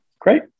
Great